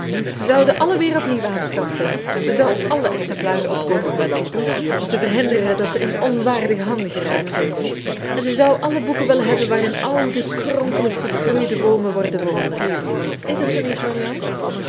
ze allen weer op nieuw aanschaffen ze zou alle exemplaren opkoopen wed ik om te verhinderen dat ze in onwaardige handen geraakten en ze zou alle boeken willen hebben waarin oude kronkelig vergroeide boomen worden bewonderd is het zoo niet marianne